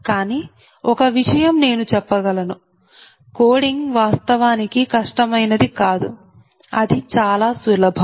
కానీ ఒక విషయం నేను చెప్పగలను కోడింగ్ వాస్తవానికి కష్టమైనది కాదు అది చాలా సులభం